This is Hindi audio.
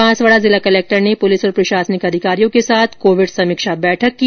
बांसवाडा जिला कलेक्टर पुलिस और प्रशासनिक अधिकारियों के साथ कोविड समीक्षा बैठक की